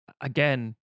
again